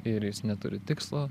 ir jis neturi tikslo